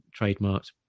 trademarked